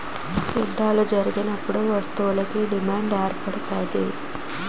యుద్ధాలు జరిగినప్పుడు వస్తువులకు డిమాండ్ ఏర్పడుతుంది